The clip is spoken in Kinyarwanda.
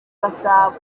gasabo